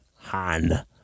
Han